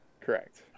Correct